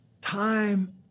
time